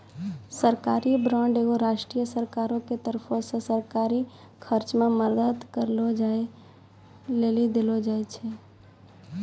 सरकारी बांड एगो राष्ट्रीय सरकारो के तरफो से सरकारी खर्च मे मदद करै लेली देलो जाय छै